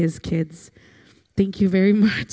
his kids thank you very much